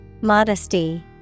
Modesty